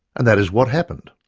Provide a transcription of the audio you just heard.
and that is what happened.